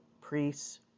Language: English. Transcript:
priests